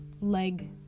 Leg